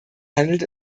handelt